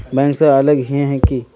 Bank से अलग हिये है की?